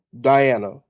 Diana